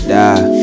die